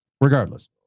regardless